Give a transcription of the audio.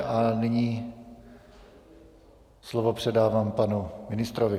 A nyní slovo předávám panu ministrovi.